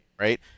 right